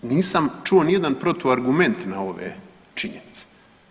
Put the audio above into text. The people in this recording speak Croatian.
Nisam čuo nijedan protuargument na ove činjenice.